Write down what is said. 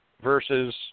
versus